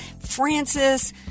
Francis